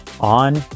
on